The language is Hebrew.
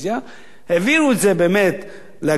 העבירו את זה באמת לאגרת הרכב,